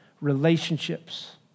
relationships